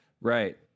right